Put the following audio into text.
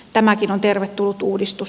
tämäkin on tervetullut uudistus